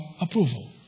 approval